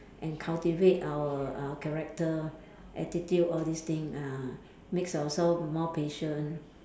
and cultivate our uh character attitude all these thing ah make ourselves more patient